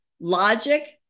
logic